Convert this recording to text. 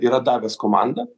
yra davęs komandą